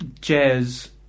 jazz